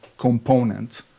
component